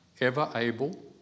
ever-able